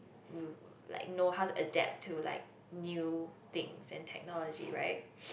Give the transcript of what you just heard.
like know how to adapt to like new things and technology right